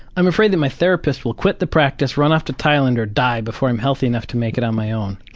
i'm afraid that my therapist will quit the practice, run off to thailand or die before i'm healthy enough to make it on my own.